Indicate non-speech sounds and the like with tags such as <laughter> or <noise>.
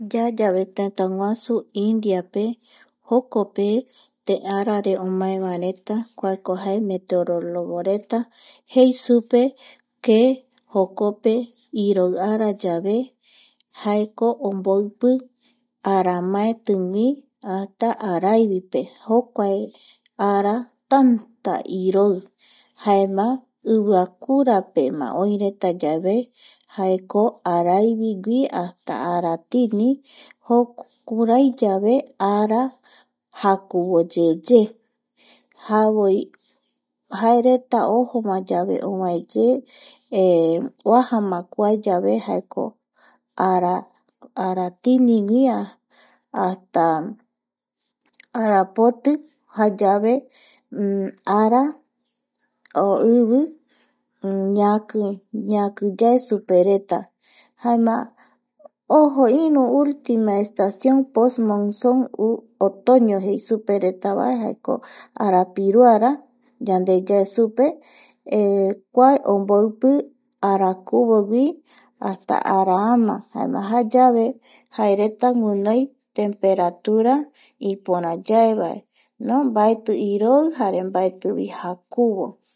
Yayave tëtäguasu indiape jokpe <hesitation> arare omaevareta kuako jae meteorologoreta jei supe que jokope iroi ara yave jaeko omboipi aramaetigui hasta araivipe jokuae ara tanta iroi jaema iviakurapema oireta yave jaeko araivigui hasta aratini <noise> jokuraiyave ara jakuvoyeye javoi jaereta ojoma yave ovaeye <noise> oajama kua yave jaeko aratinigui hasta arapoti jayave ara <hesitation> ivi ñaki ñakiyae supereta jaema ojo ultima estación posmo sungui otoño jei superetavae jaeko arapiruara yande yae supe <hesitation> kuae omboipi arakuvogui hasta araama ajayave jaereta guinoi temperatura ipora yaevae mbaeti iroi jare mbaetivi jakuvo